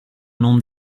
non